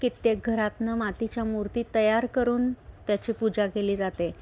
कित्येक घरातनं मातीच्या मूर्ती तयार करून त्याची पूजा केली जाते